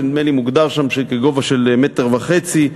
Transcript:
שנדמה לי מוגדר שם כמטר וחצי,